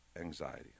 anxiety